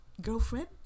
girlfriend